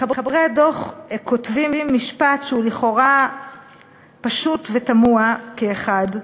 מחברי הדוח כותבים משפט שהוא לכאורה פשוט ותמוה כאחד.